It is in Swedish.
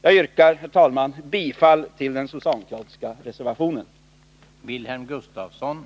Jag yrkar, herr talman, bifall till den socialdemokratiska reservationen.